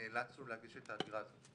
נאלצנו להגיש את העתירה הזאת.